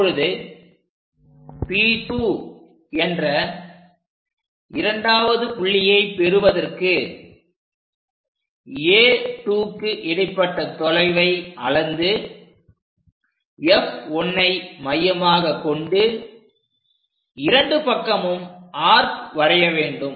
இப்பொழுது P2 என்ற இரண்டாவது புள்ளியை பெறுவதற்கு A 2க்கு இடைப்பட்ட தொலைவை அளந்து F1 ஐ மையமாகக்கொண்டு இரண்டு பக்கமும் ஆர்க் வரைய வேண்டும்